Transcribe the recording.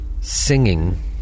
singing